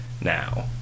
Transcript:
now